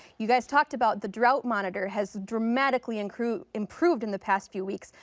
you guys talked about the drought monitor has dramatically improved improved in the past few weeks.